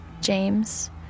James